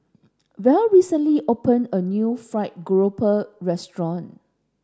Val recently opened a new fried grouper restaurant